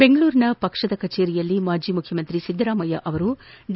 ಬೆಂಗಳೂರಿನ ಪಕ್ಷದ ಕಚೇರಿಯಲ್ಲಿ ಮಾಜಿ ಮುಖ್ಯಮಂತ್ರಿ ಸಿದ್ದರಾಮಯ್ಯ ಅವರು ಡಿ